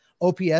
OPS